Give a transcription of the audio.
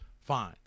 fine